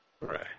Right